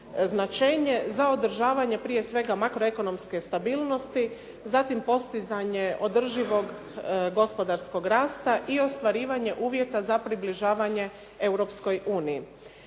značenje za održavanje prije svega makroekonomske stabilnosti, zatim postizanje održivog gospodarskog rasta, i ostvarivanje uvjeta za približavanje Europskoj uniji.